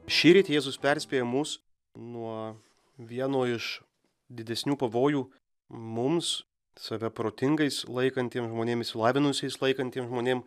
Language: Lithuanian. šįryt jėzus perspėja mus nuo vieno iš didesnių pavojų mums save protingais laikantiem žmonėms išsilavinusiais laikantiem žmonėm